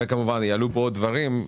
כמובן שיעלו פה דברים,